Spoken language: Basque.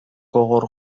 gogor